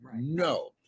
No